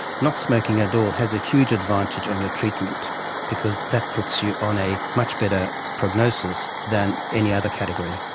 not smoking at all has a huge advantage on your treatment because that puts you on a much better prognosis than any other category.